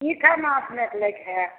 की केना अपनेक लै के हइ